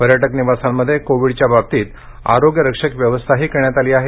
पर्यटक निवासांमध्ये कोविडच्या बाबतीत आरोग्यरक्षक व्यवस्थाही करण्यात आली आहे